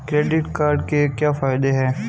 Credit card के क्या फायदे हैं?